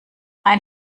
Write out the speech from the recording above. ein